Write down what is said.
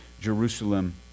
Jerusalem